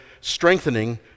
strengthening